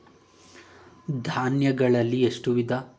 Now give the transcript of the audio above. ಧಾನ್ಯಗಳಲ್ಲಿ ಎಷ್ಟು ವಿಧ?